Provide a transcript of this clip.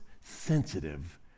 sensitive